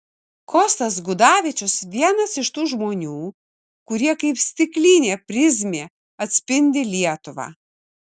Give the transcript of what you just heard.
kostas gudavičius vienas iš tų žmonių kurie kaip stiklinė prizmė atspindi lietuvą